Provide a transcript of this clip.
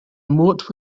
moat